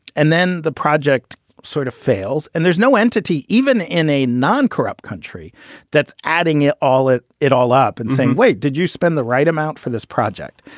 and then the project sort of fails. and there's no entity even in a non-corrupt country that's adding it all at it all up and saying, wait, did you spend the right amount for this project?